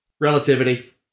Relativity